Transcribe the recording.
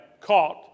caught